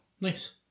Nice